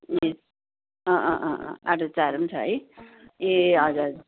ए अँ अँ अँ अँ आरुचाहरू पनि छ है ए हजुर